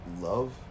love